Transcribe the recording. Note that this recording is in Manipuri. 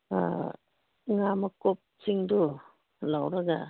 ꯉꯥ ꯃꯀꯨꯞꯁꯤꯡꯗꯨ ꯂꯧꯔꯒ